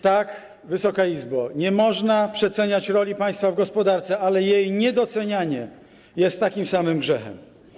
Tak, Wysoka Izbo, nie można przeceniać roli państwa w gospodarce, ale jej niedocenianie jest takim samym grzechem.